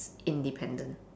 independent